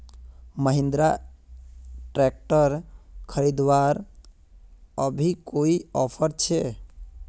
Mahindra tractor खरीदवार अभी कोई ऑफर छे?